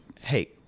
Hey